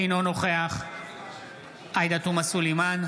אינו נוכח עאידה תומא סלימאן,